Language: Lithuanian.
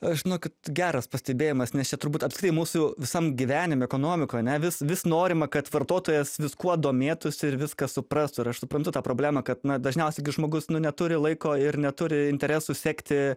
aš žinokit geras pastebėjimas nes čia turbūt apskritai mūsų visam gyvenime ekonomikoj ane vis vis norima kad vartotojas viskuo domėtųsi ir viską suprastų ir aš suprantu tą problemą kad na dažniausiai gi žmogus nu neturi laiko ir neturi interesų sekti